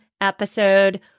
episode